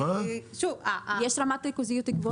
יש רמת ריכוזיות גבוהה.